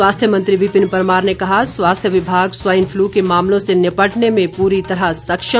स्वास्थ्य मंत्री विपिन परमार ने कहा स्वास्थ्य विभाग स्वाइन फ्लू के मामलों से निपटने में पूरी तरह सक्षम